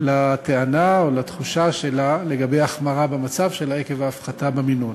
לטענה או לתחושה שלה לגבי החמרה במצבה עקב הפחתה במינון.